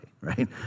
Right